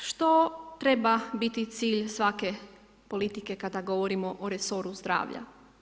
Što treba biti cilj svake politike kada govorimo o resoru zdravlja?